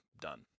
Done